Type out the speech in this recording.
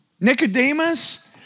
Nicodemus